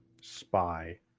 spy